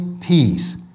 peace